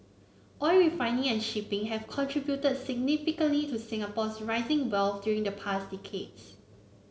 oil refining and shipping have contributed significantly to Singapore's rising wealth during the past decades